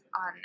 on